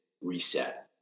reset